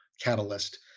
catalyst